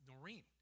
noreen